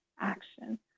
action